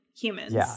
humans